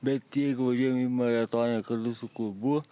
bet jeigu važiuojam į maratoną kartu su klubu